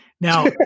Now